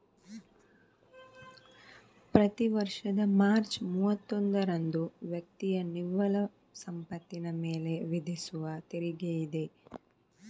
ಪ್ರತಿ ವರ್ಷದ ಮಾರ್ಚ್ ಮೂವತ್ತೊಂದರಂದು ವ್ಯಕ್ತಿಯ ನಿವ್ವಳ ಸಂಪತ್ತಿನ ಮೇಲೆ ವಿಧಿಸುವ ತೆರಿಗೆಯಿದೆ